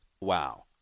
Wow